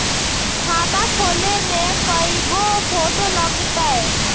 खाता खोले में कइगो फ़ोटो लगतै?